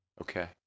Okay